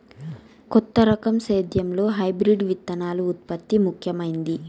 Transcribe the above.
కొత్త రకం సేద్యంలో హైబ్రిడ్ విత్తనాల ఉత్పత్తి ముఖమైంది